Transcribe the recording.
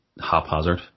haphazard